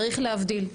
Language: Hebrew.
צריך להבדיל.